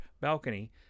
balcony